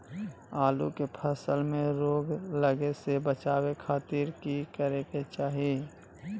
आलू के फसल में रोग लगे से बचावे खातिर की करे के चाही?